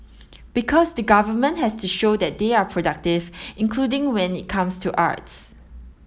because the government has to show that they are productive including when it comes to arts